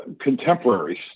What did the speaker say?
contemporaries